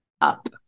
up